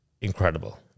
incredible